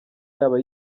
yaba